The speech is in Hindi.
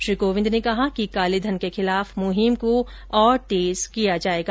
श्री कोविंद ने कहा कि कालेधन के खिलाफ मुहीम को और तेज किया जायेगा